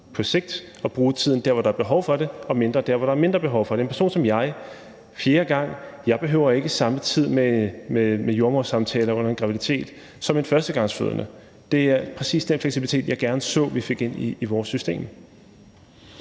på sigt at bruge tid dér, hvor der er behov for det, og mindre dér, hvor der er mindre behov for det. En person som jeg behøver ikke samme tid til jordemodersamtaler i forbindelse med en graviditet fjerde gang, som en førstegangsfødende har. Det er præcis den fleksibilitet, som jeg gerne så at vi fik ind i vores system.